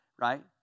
right